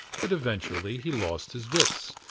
that eventually he lost his wits,